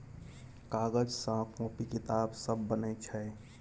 कागज सँ कांपी किताब सब बनै छै